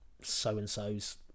so-and-sos